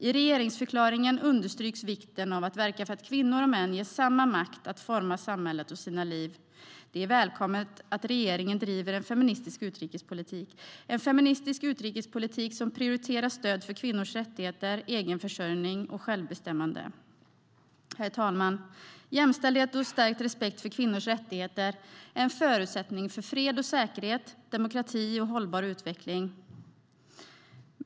I regeringsförklaringen understryks vikten av att verka för att kvinnor och män ges samma makt att forma samhället och sina liv. Det är välkommet att regeringen driver en feministisk utrikespolitik, en feministisk utrikespolitik som prioriterar stöd för kvinnors rättigheter, egen försörjning och självbestämmande. Herr talman! Jämställdhet och stärkt respekt för kvinnors rättigheter är en förutsättning för fred och säkerhet, demokrati och hållbar utveckling.